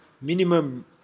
minimum